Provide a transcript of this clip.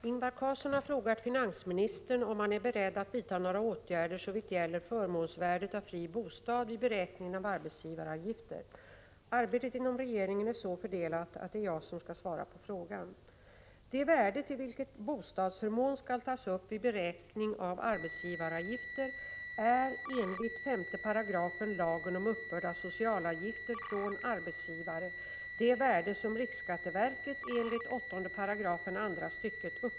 Ingvar Karlsson i Bengtsfors har frågat finansministern om han är beredd att vidta några åtgärder såvitt gäller förmånsvärdet av fri Arbetet inom regeringen är så fördelat att det är jag som skall svara på frågan.